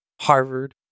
Harvard